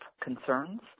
concerns